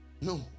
No